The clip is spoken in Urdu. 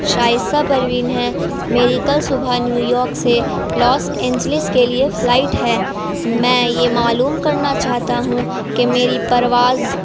شاہصہ پروین ہے میری کل صبح نیو یارک سے لاس اینجلس کے لیے فلائٹ ہے میں یہ معلوم کرنا چاہتا ہوں کہ میری پرواز